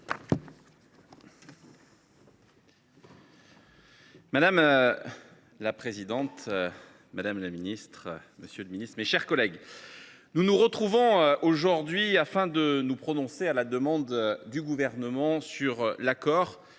Madame la présidente, madame la ministre, monsieur le ministre, mes chers collègues, nous nous retrouvons aujourd’hui afin de nous prononcer, à la demande du Gouvernement, sur l’accord